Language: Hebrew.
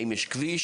האם יש כביש,